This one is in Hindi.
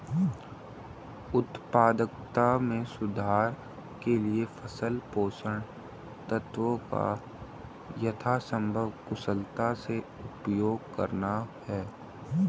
उत्पादकता में सुधार के लिए फसल पोषक तत्वों का यथासंभव कुशलता से उपयोग करना है